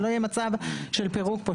שלא יהיה מצב של פירוק פה.